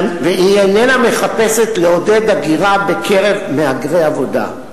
והיא אינה מחפשת לעודד הגירה בקרב מהגרי עבודה.